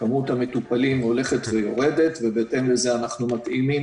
כמות המטופלים הולכת ויורדת ובהתאם לזה אנחנו מתאימים